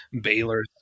Baylor